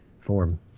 form